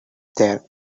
there